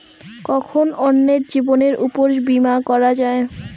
কখন অন্যের জীবনের উপর বীমা করা যায়?